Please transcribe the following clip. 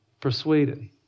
persuaded